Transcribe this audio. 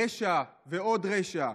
רשע ועוד רשע.